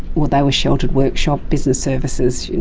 well, they were sheltered workshops, business services,